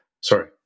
sorry